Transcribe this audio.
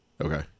Okay